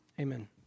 Amen